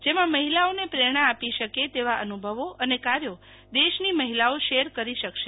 જેમાં મહિલાઓને પ્રેરણા આપી શકે તેવા અનુભવો અને કાર્યો દેશની મહિલાઓ શેર કરી શકશે